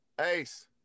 Ace